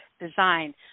design